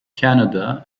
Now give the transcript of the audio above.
canada